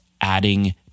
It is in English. adding